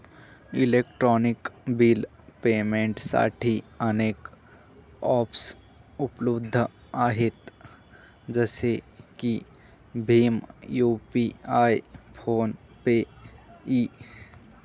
electronic bill पेमेंटसाठी अनेक ॲप्सउपलब्ध आहेत जसे की भीम यू.पि.आय फोन पे इ